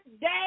day